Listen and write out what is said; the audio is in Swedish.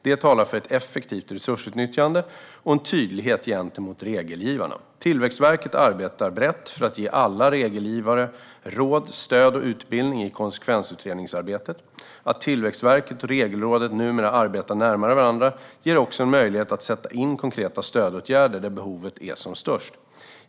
Det talar för ett effektivt resursutnyttjande och tydlighet gentemot regelgivarna. Tillväxtverket arbetar brett för att ge alla regelgivare råd, stöd och utbildning i konsekvensutredningsarbetet. Att Tillväxtverket och Regelrådet numera arbetar närmare varandra ger också en möjlighet att sätta in konkreta stödåtgärder där behovet är som störst.